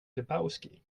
lebowski